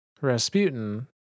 Rasputin